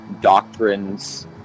doctrines